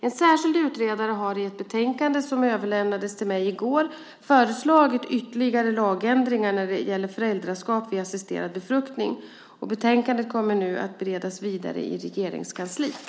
En särskild utredare har i ett betänkande som överlämnades till mig i går föreslagit ytterligare lagändringar när det gäller föräldraskap vid assisterad befruktning. Betänkandet kommer nu att beredas vidare i Regeringskansliet.